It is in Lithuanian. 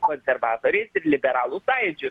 konservatoriais ir liberalų sąjūdžiu